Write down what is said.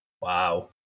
Wow